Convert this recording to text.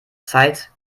zeit